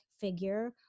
figure